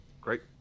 great